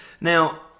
Now